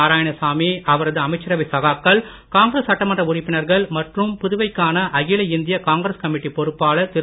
நாராயணசாமி அவரது அமைச்சரவை சகாக்கள் காங்கிரஸ் சட்டமன்ற உறுப்பினர்கள் மற்றும் புதுவைக்கான அகில இந்திய காங்கிரஸ் கமிட்டிப் பொறுப்பாளர் திரு